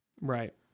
right